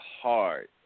hard